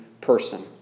person